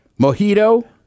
mojito